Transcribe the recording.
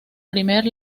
primer